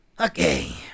Okay